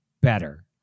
better